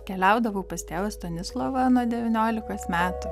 keliaudavau pas tėvą stanislovą nuo devyniolikos metų